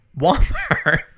walmart